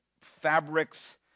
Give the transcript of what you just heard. fabrics